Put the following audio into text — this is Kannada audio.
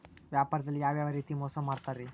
ವ್ಯಾಪಾರದಲ್ಲಿ ಯಾವ್ಯಾವ ರೇತಿ ಮೋಸ ಮಾಡ್ತಾರ್ರಿ?